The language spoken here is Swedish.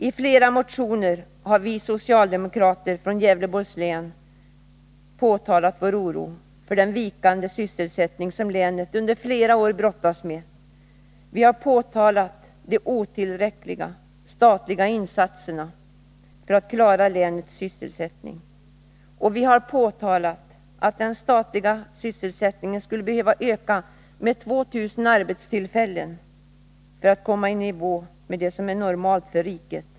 I flera motioner har vi socialdemokrater från Gävleborgs län påtalat vår oro för den vikande sysselsättning som länet under flera år brottats med. Vi har påtalat de otillräckliga statliga insatserna för att klara länets sysselsättning. Vi har påtalat att den statliga sysselsättningen skulle behöva öka med 2 000 arbetstillfällen för att komma i nivå med det som är normalt för riket.